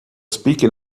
speaking